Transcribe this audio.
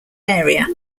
area